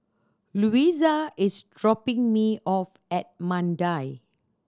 Louisa is dropping me off at Mandai